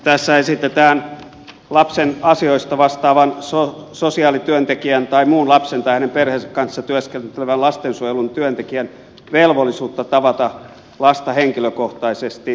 tässä esitetään lapsen asioista vastaavan sosiaalityöntekijän tai muun lapsen tai hänen perheensä kanssa työskentelevän lastensuojelun työntekijän velvollisuutta tavata lasta henkilökohtaisesti selkeytettäväksi nykyisestä